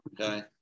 okay